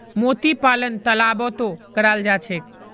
मोती पालन तालाबतो कराल जा छेक